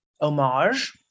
homage